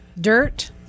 Dirt